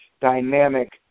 dynamic